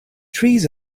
trees